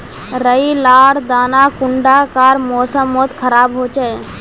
राई लार दाना कुंडा कार मौसम मोत खराब होचए?